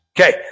Okay